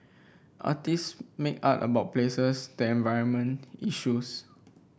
artist make art about places then environment issues